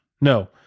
No